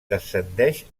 descendeix